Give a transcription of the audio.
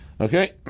Okay